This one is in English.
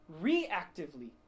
reactively